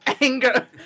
anger